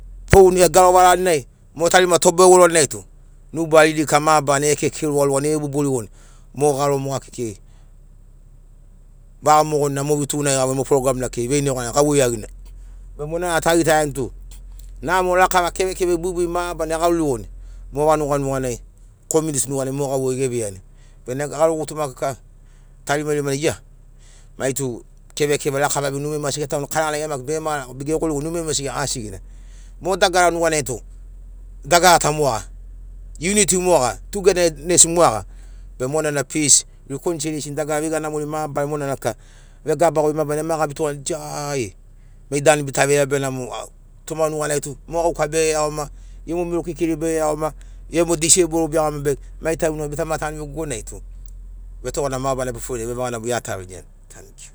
Foni egaro varani nai mo tarima tobo evoroni nai tu nuba lilika mabarana ekeke rugarugani eva buburigoni mo garo moga kekei vaga mogonina mo vetugunagi mo program na kekei veina negora gauveina be monana tagitaiato namo lakava kevekeve buibui mabarana egarurigoni mo vanuga nuganai komiuniti nuganai mo gauvei geveiani bena garo gutuma kika tarimarima na maitu kevekeve rakava be numai mogo asi getanuni karagana be gia maki asigina mo dagara nuganaitu dagara ta moga uniti moga tugedanes moga be monana pis rikonsiliashen dagara veiga namori mabarari monana kika vegaba goi mabarana ema gabitogani togaiani mai danu bita veiga benamo to ma nuganai tum o gauka bege iagoma iono mero kekeni bege iagoma iono diseiboro be iagoma ma taim nuganai bitama tanuvegogo nai tu vetogana mabarana befoforini nai vevaga namo gia tu viniani tanikiu.